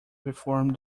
perform